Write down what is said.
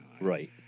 right